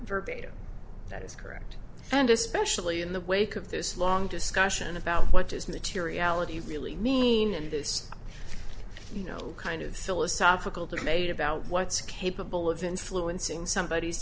verbatim that is correct and especially in the wake of this long discussion about what is materiality really mean in this you know kind of philosophical to made about what's capable of influencing somebody